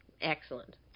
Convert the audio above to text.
Excellent